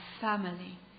family